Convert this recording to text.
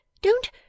Don't